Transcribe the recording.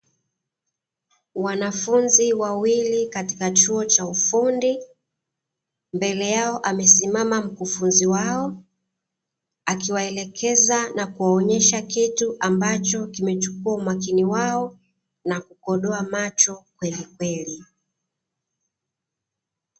Wanafunzi wawili katika chuo cha ufundi, mbele yao amesimama mkufunzi wao akiwaelekeza na kuwaonyesha kitu ambacho kimechukua umakini wao, na kukodoa macho kwelikweli.